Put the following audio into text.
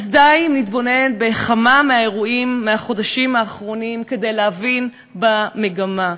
די אם נתבונן בכמה אירועים מהחודשים האחרונים כדי להבחין במגמה,